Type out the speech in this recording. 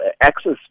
access